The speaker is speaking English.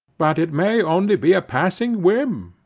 but it may only be a passing whim.